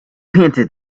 hinted